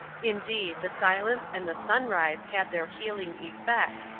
indeed, the silence and the sunrise had their healing effect,